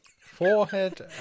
Forehead